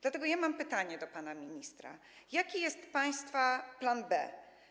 Dlatego mam pytanie do pana ministra: Jaki jest państwa plan B?